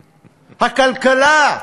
הכלכלה,